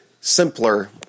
simpler